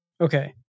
Okay